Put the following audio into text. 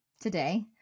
today